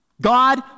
God